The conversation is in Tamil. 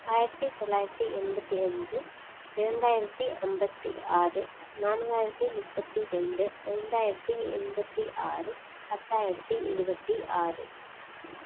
ஆயிரத்தி தொள்ளாயிரத்தி எண்பத்தி அஞ்சு இரண்டாயிரத்தி ஐம்பத்தி ஆறு நான்காயிரத்தி முப்பத்தி ரெண்டு ஐந்தாயிரத்தி எண்பத்தி ஆறு பத்தாயிரத்தி இருபத்தி ஆறு